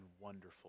wonderful